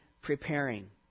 preparing